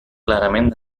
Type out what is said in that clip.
clarament